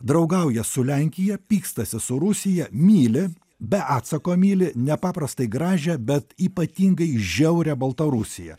draugauja su lenkija pykstasi su rusija myli be atsako myli nepaprastai gražią bet ypatingai žiaurią baltarusiją